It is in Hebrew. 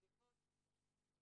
מדריכות.